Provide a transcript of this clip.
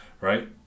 right